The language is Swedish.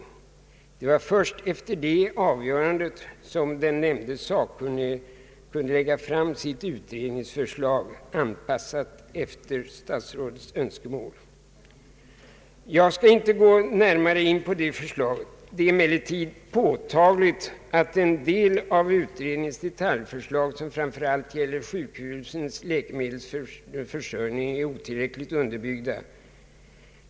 Det var först efter avgörandet som den nämnde sakkunnige kunde lägga fram sitt utredningsförslag, anpassat efter statsrådets önskemål. Jag skall inte gå närmare in på det förslaget. Det är emellertid påtagligt att en del av utredningens detaljförslag, framför allt de som gäller sjukhusens läkemedelsförsörjning, är otillräckligt underbyggda.